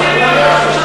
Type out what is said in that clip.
הוא מסכים להיות ראש